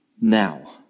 now